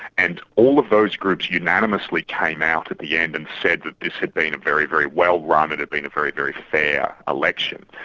and all of those groups unanimously came out at the end and said that this had been a very, very well-run, it had been a very, very fair election.